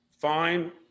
fine